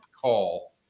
call